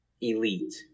elite